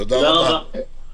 תודה רבה.